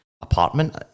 apartment